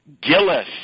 Gillis